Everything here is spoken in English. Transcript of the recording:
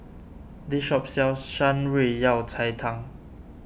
this shop sells Shan Rui Yao Cai Tang